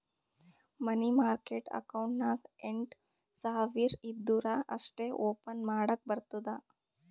ಮನಿ market account ನಾಗ್ ಎಂಟ್ ಸಾವಿರ್ ಇದ್ದೂರ ಅಷ್ಟೇ ಓಪನ್ ಮಾಡಕ್ ಬರ್ತುದ